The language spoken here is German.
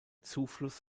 zufluss